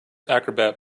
acrobat